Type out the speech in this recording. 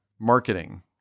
Marketing